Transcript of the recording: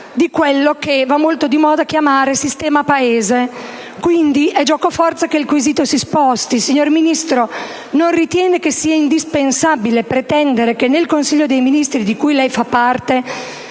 di quello che va molto di moda chiamare «sistema Paese», quindi è giocoforza che il quesito si sposti: signora Ministro, non ritiene che sia indispensabile pretendere che nel Consiglio dei ministri, di cui lei fa parte,